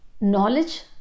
knowledge